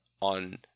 on